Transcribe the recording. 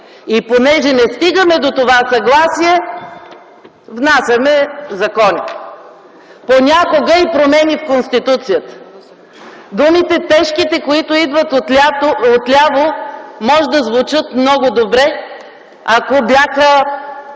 И понеже не стигаме до това съгласие, внасяме закони, понякога и промени в Конституцията. Тежките думи, които идват отляво, могат да звучат много добре, ако бяха